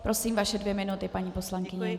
Prosím, vaše dvě minuty, paní poslankyně.